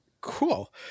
Cool